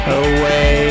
away